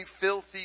filthy